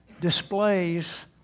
displays